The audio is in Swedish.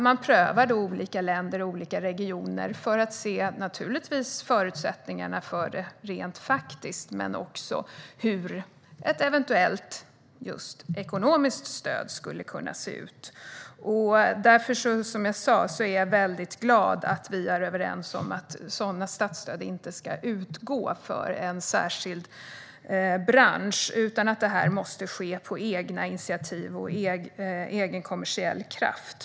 Man prövar då olika länder och regioner för att undersöka förutsättningarna, både rent faktiskt och hur ett eventuellt ekonomiskt stöd skulle kunna se ut. Därför är jag som sagt glad för att vi är överens om att sådana statsstöd inte ska utgå för en särskild bransch utan att detta måste ske på egna initiativ och med egen kommersiell kraft.